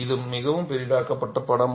இது மிகவும் பெரிதாக்கப்பட்ட படம்